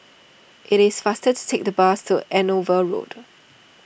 it is faster to take the bus to Andover Road